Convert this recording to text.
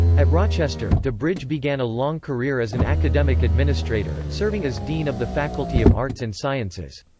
at rochester, dubridge began a long career as an academic administrator, serving as dean of the faculty of arts and sciences.